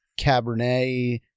Cabernet